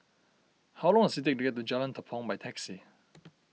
how long does it take to get to Jalan Tepong by taxi